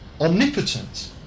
omnipotent